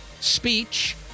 speech